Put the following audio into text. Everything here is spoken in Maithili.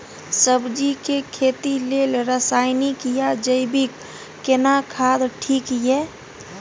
सब्जी के खेती लेल रसायनिक या जैविक केना खाद ठीक ये?